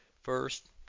First